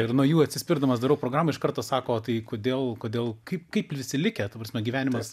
ir nuo jų atsispirdamas darau programą iš karto sako o tai kodėl kodėl kaip kaip visi likę ta prasme gyvenimas